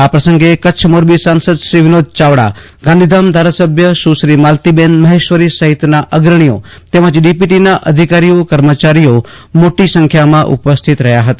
આ પ્રસંગે કચ્છ મોરબી સાંસદ શ્રી વિનોદ ચાવડા ગાંધીધામ ધારાસભ્ય સશ્રી માલતીબન મહેશ્વરી સહિતના અગ્રણીઓ તેમજ ડીપીટી ના અધિકારીઓ કર્મચારીઓ મોટી સંખ્યામાં ઉપસ્થિત રહયા હતા